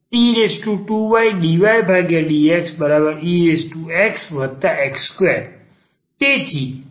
e2ydydxexx2 તેથી અહીં આપણે આ ફરીથી લખી શકીએ છીએ